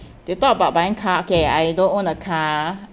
they talk about buying car okay I don't own a car